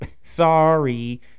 Sorry